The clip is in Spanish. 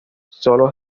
solo